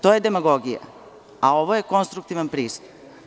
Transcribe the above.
To je demagogija, a ovo je konstruktivan pristup.